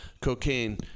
cocaine